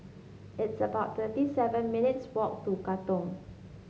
it's about thirty seven minutes' walk to Katong